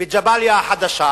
בג'באליה החדשה,